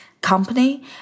company